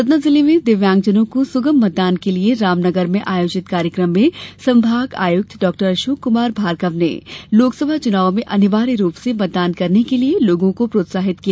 सतना जिले में दिव्यांगजनों को सुगम मतदान के लिये रामनगर में आयोजित कार्यक्रम में संभागायुक्त डॉ अशोक कुमार भार्गव ने लोकसभा चुनाव में अनिवार्य रूप से मतदान करने के लिये लोगों को प्रोत्साहित किया